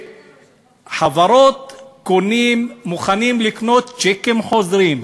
שחברות מוכנות לקנות צ'קים חוזרים.